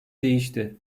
değişti